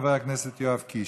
חבר הכנסת יואב קיש.